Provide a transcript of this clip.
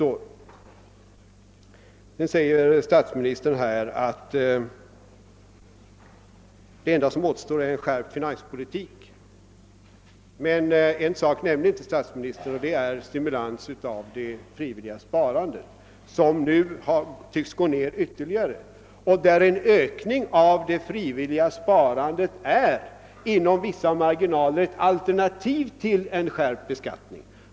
Sedan säger statsministern att det enda som återstår är en skärpt finanspolitik. En sak nämnde emellertid inte statsministern, nämligen en stimulans till det frivilliga sparandet, som nu tycks gå ned ytterligare. En ökning av det frivilliga sparandet är inom vissa marginaler ett alternativ till en skärpt beskattning.